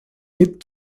mid